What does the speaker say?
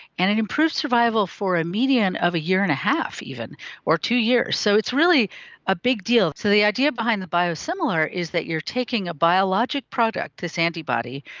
and it improves survival for a median of a year and a half even or two years. so it's really a big deal. so the idea behind the biosimilar is that you are taking a biologic product, this antibody,